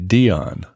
Dion